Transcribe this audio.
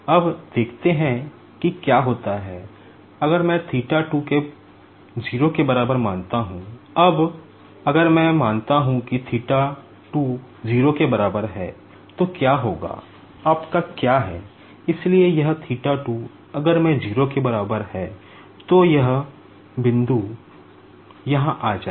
अब देखते हैं कि क्या होता है अगर मैं थीटा 2 को 0 के बराबर मानता हूं अब अगर मैं मानता हूं कि थीटा 2 0 के बराबर है तो क्या होगा आपका क्या है इसलिए यह थीटा 2 अगर मैं 0 के बराबर है तो यह बिंदु यहाँ आ जाएगा